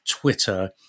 Twitter